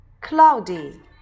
Cloudy